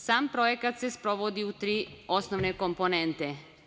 Sam projekat se sprovodi u tri osnovne komponente.